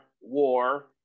war